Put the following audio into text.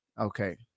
Okay